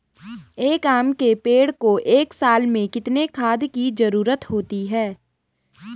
एक आम के पेड़ को एक साल में कितने खाद की जरूरत होती है?